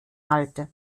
halte